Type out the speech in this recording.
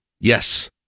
yes